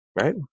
right